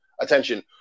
attention